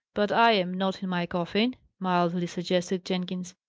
but i am not in my coffin, mildly suggested jenkins.